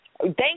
Thank